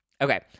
Okay